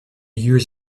years